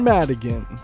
Madigan